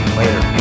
Later